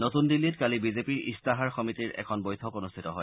নতুন দিল্লীত কালি বিজেপিৰ ইস্তাহাৰ সমিতিৰ এখন বৈঠক অনূষ্ঠিত হয়